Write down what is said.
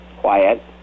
quiet